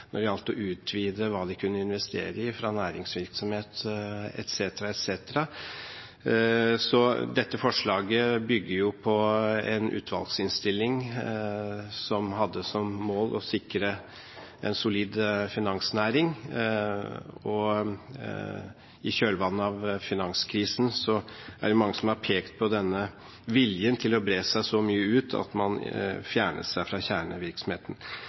når det gjaldt å utvide hva de kunne investere i fra næringsvirksomhet etc. etc. Dette forslaget bygger jo på en utvalgsinnstilling som hadde som mål å sikre en solid finansnæring, og i kjølvannet av finanskrisen er det mange som har pekt på denne viljen til å bre seg så mye ut at man fjernet seg fra kjernevirksomheten.